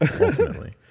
Ultimately